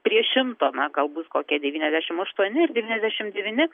prie šimto na gal bus kokie devyniasdešim aštuoni devyniasdešim devyni